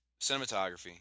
Cinematography